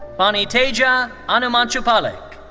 phani teja anumanchupallik.